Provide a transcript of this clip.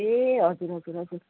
ए हजुर हजुर हजुर